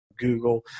Google